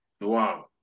Wow